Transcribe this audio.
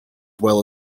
well